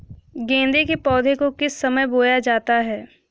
गेंदे के पौधे को किस समय बोया जाता है?